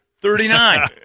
thirty-nine